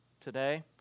today